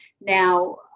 now